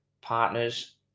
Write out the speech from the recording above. partners